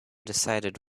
decided